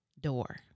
Door